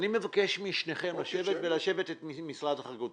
אני מבקש משניכם לשבת עם משרד החקלאות.